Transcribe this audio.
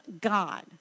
God